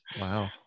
Wow